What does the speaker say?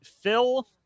Phil